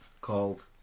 called